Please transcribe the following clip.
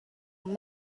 from